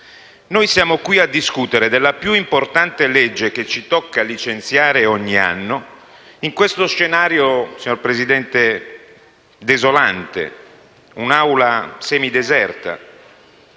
Noi siamo qui a discutere della più importante legge che ci tocca licenziare ogni anno in questo scenario, signor Presidente, desolante: un'Aula semideserta